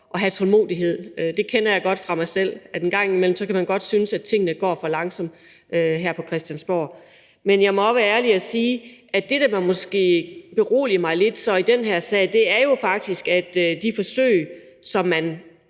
at have tålmodighed. Jeg kender godt fra mig selv, at man en gang imellem godt kan synes, at tingene går for langsomt her på Christiansborg. Men jeg må også være ærlig og sige, at det, der måske beroliger mig lidt i den her sag, er, at det med hensyn til de forsøg, som man